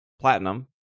Platinum